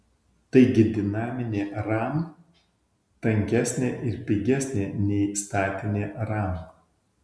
taigi dinaminė ram tankesnė ir pigesnė nei statinė ram